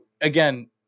again